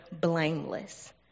blameless